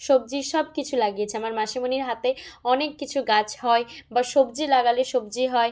সবজি সব কিছু লাগিয়েছে আমার মাসিমণির হাতে অনেক কিছু গাছ হয় বা সবজি লাগালে সবজি হয়